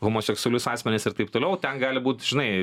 homoseksualius asmenis ir taip toliau ten gali būt žinai